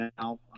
now